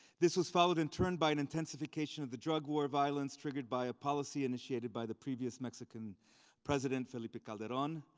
this was followed in turn by an intensification of the drug war violence triggered by a policy initiated by the previous mexican president, felipe calderon.